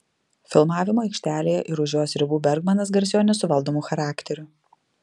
filmavimo aikštelėje ir už jos ribų bergmanas garsėjo nesuvaldomu charakteriu